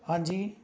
ਹਾਂਜੀ